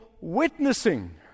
witnessing